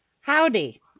Howdy